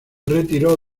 retiró